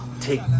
take